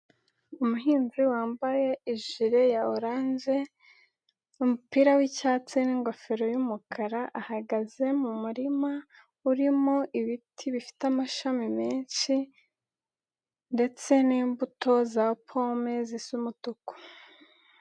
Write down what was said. Umuhinzi wambaye jere ya oranje umupira w'icyatsi n'ingofero'umukara ahahagaze mu murima urimo ibiti bifite amashami menshi, ndetse n'imbuto za pome zisa umutuku.